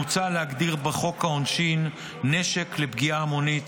מוצע להגדיר בחוק העונשין כי נשק לפגיעה המונית